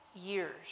years